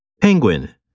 penguin